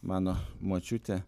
mano močiutė